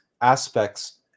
aspects